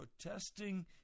protesting